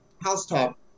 housetop